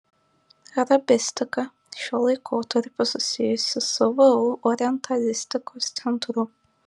arabistika šiuo laikotarpiu susijusi su vu orientalistikos centru